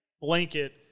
Blanket